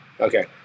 Okay